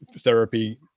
therapy